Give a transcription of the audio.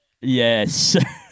Yes